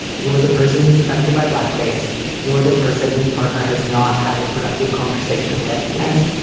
you're the person who's affected by black face. you're the person whose partner has not had a productive conversation with yeah